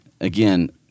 again